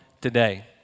today